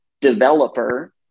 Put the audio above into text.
developer